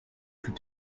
plus